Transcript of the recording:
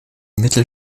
mittel